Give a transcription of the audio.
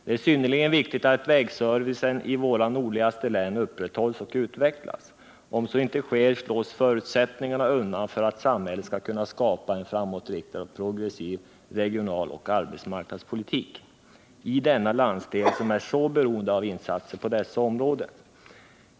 Det är synnerligen viktigt att vägservicen i våra nordligaste län upprätthålls och utvecklas. Om så inte sker, slås förutsättningarna undan för att samhället skall kunna skapa en framåtriktad och progressiv regionaloch arbetsmarknadspolitik i denna landsdel, som är så beroende av insatser på dessa områden.